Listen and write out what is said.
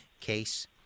case